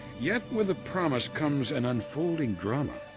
yet with the promise comes an unfolding drama.